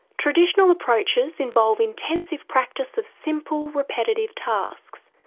traditional approaches involve intensive practice of simple repetitive tasks.